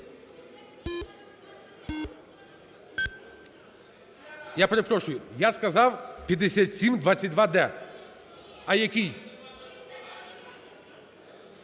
Я перепрошую, я сказав 5722-д. А який?